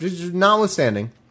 notwithstanding